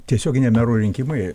tiesioginiai merų rinkimai